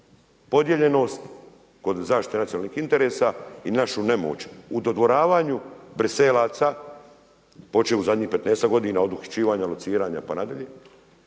podijeljenost, kod zaštite nacionalnih interesa i našu nemoć u dodvoravanju Briselaca, poći od zadnjih 15 godina od uhićivanja, lociranja, pa nadalje